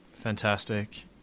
Fantastic